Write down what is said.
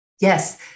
Yes